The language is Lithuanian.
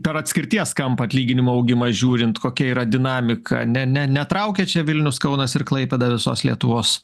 per atskirties kampą atlyginimų augimą žiūrint kokia yra dinamika ne ne netraukia čia vilnius kaunas ir klaipėda visos lietuvos